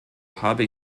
habe